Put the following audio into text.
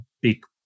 big